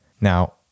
Now